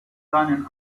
seinen